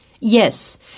Yes